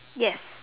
yes